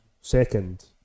second